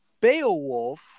Beowulf